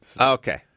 Okay